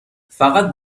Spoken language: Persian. فقط